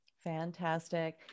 fantastic